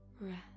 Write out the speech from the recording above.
rest